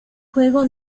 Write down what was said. juego